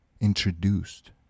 introduced